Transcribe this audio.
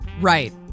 Right